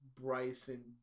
Bryson